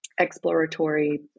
exploratory